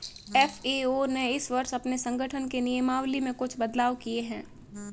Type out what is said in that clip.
FAO ने इस वर्ष अपने संगठन के नियमावली में कुछ बदलाव किए हैं